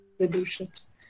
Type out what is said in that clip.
solutions